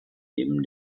neben